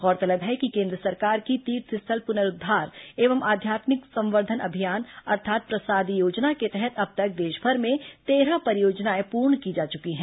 गौरतलब है कि केन्द्र सरकार की तीर्थस्थल पुनरुद्वार एवं आध्यात्मिक संवर्धन अभियान अर्थात प्रसाद योजना के तहत अब तक देशभर में तेरह परियोजनाएं पूर्ण की जा चुकी हैं